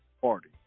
party